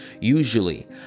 Usually